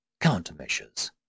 Countermeasures